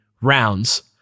rounds